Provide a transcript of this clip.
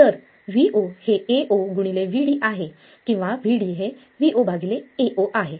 तर Vo हे AoVd आहे किंवा Vd हे Vo Ao आहे